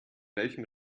welchem